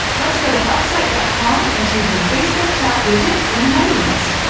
let's go to elfsight dot com and choose the facebook chat widget in the menu list.